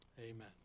amen